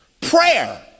prayer